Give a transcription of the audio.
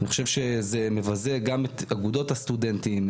אני חושב שזה מבזה גם את אגודות הסטודנטים,